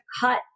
cut